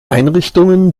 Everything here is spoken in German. einrichtungen